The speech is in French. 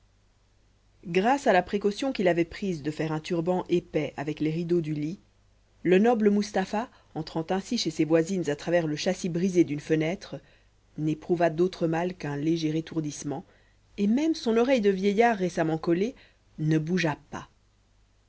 grâce à la précaution qu'il avait prise de faire un turban épais avec les rideaux du lit le noble mustapha entrant ainsi chez ses voisines à travers le châssis brisé d'une fenêtre n'éprouva d'autre mal qu'un léger étourdissement et même son oreille de vieillard récemment collée ne bougea pas